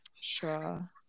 Sure